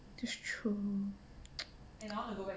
that's true